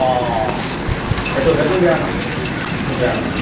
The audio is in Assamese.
অঁ সেইটো সেইটো বেয়া নহয় সেইটো বেয়া নহয়